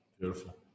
beautiful